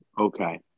Okay